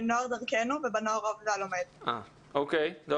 אני אישית לומדת כבר 11 שנים במערכת החינוך